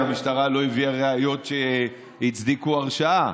המשטרה לא הביאה ראיות שהצדיקו הרשעה.